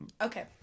Okay